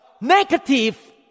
Negative